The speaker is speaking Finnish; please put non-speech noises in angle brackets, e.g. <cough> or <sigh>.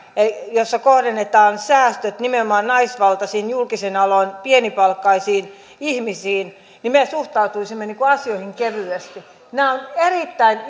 jossa kohdennetaan säästöt nimenomaan naisvaltaisten julkisten alojen pienipalkkaisiin ihmisiin ja että me suhtautuisimme asioihin kevyesti nämä ovat erittäin <unintelligible>